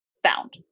found